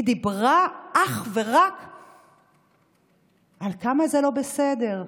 היא דיברה אך ורק על כמה זה לא בסדר,